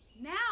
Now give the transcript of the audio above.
Now